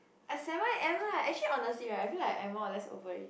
at seven A_M lah actually honestly right I feel like I'm more or less over it